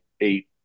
eight